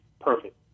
perfect